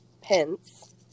Pence